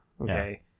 Okay